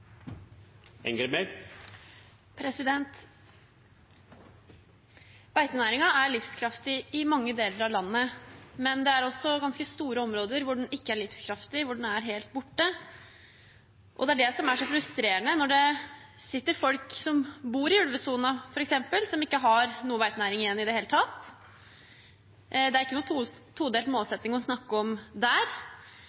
livskraftig i mange deler av landet, men det er også ganske store områder hvor den ikke er livskraftig, hvor den er helt borte. Og det er det som er så frustrerende: at det sitter folk som f.eks. bor i ulvesonen, som ikke har noe beitenæring igjen i det hele tatt – det er ikke noen todelt